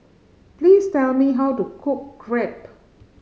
please tell me how to cook Crepe